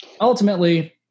ultimately